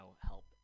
help